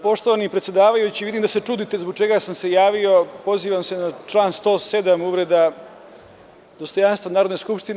Poštovani predsedavajući, vidim da se čudite zbog čega sam se javio, a pozivam se na član 107. – uvreda dostojanstva Narodne skupštine.